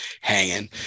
hanging